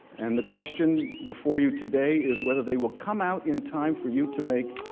and the question before you today is whether they will come out in time for you to make